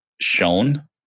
shown